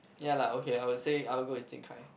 ya like okay I would say I would go with Jing-Kai